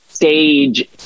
Stage